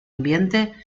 ambiente